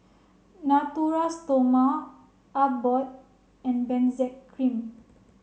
Natura Stoma Abbott and Benzac Cream